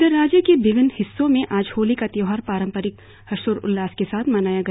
इधर राज्य के विभिन्न हिस्सों में आज होली का त्योहार पारंपरिक हर्षोल्लास के साथ मनाया गया